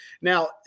Now